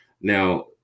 Now